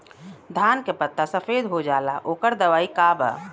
धान के पत्ता सफेद हो जाला ओकर दवाई का बा?